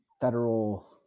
federal